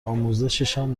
آموزششان